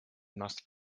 must